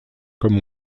comme